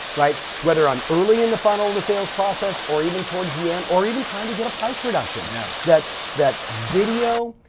whether i'm early in the funnel of the sales process or even towards the end or even trying to get a price reduction, yeah that that video,